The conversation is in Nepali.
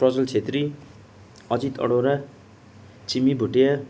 प्रज्वल छेत्री अजित अरोडा छिमी भुटिया